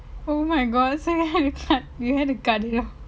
oh my god so you had to cut you had to cut it off